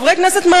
חברי הכנסת,